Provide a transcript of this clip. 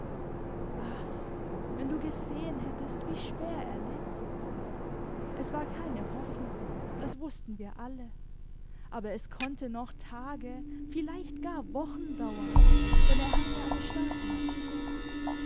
wenn du gesehen hättest wie schwer er litt es war keine hoffnung das wußten wir alle aber es konnte noch tage vielleicht gar wochen dauern denn er hatte eine starke natur